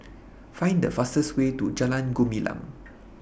Find The fastest Way to Jalan Gumilang